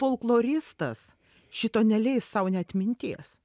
folkloristas šito neleis sau net minties